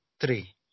three